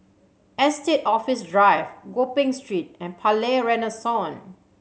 Estate Office Drive Gopeng Street and Palais Renaissance